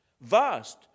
vast